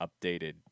updated